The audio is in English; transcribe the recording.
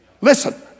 Listen